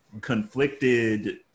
conflicted